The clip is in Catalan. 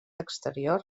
exterior